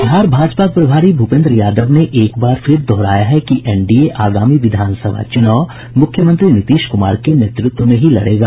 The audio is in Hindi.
बिहार भाजपा प्रभारी भूपेन्द्र यादव ने एक बार फिर दोहराया है कि एनडीए आगामी विधानसभा चुनाव मुख्यमंत्री नीतीश कुमार के नेतृत्व में ही लड़ेगा